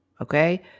okay